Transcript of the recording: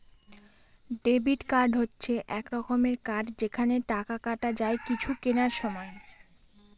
debit card হচ্ছে এক রকমের কার্ড যেখানে টাকা কাটা যায় কিছু কেনার সময়